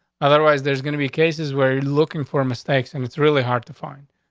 otherwise, there's gonna be cases where you're looking for mistakes and it's really hard to find.